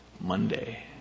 Monday